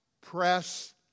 press